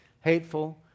hateful